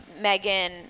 Megan